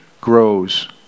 grows